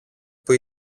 που